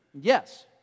Yes